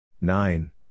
Nine